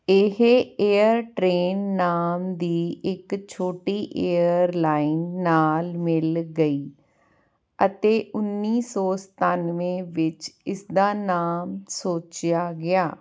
ਇਹ ਏਅਰਟਰੇਨ ਨਾਮ ਦੀ ਇੱਕ ਛੋਟੀ ਏਅਰਲਾਈਨ ਨਾਲ ਮਿਲ ਗਈ ਅਤੇ ਉੱਨੀ ਸੌ ਸਤਾਨਵੇਂ ਵਿੱਚ ਇਸ ਦਾ ਨਾਮ ਸੋਚਿਆ ਗਿਆ